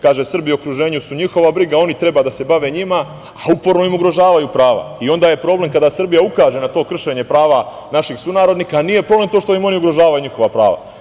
Kaže – Srbi u okruženju su njihova briga, oni treba da se bave njima, a uporno im ugrožavaju prava i onda je problem kada Srbija ukaže na to kršenje prava naših sunarodnika, ali nije problem to što im ugrožavaju njihova prava.